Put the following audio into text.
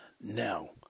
Now